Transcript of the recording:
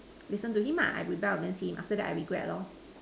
listen to him ah I rebel against him after that I regret loh